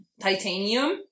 titanium